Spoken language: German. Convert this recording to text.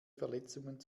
verletzungen